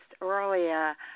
earlier